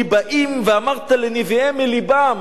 ניבאים: "ואמרת לנביאי מלבם",